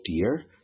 dear